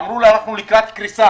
אמרו לי: אנחנו לקראת קריסה.